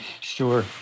Sure